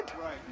right